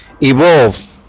evolve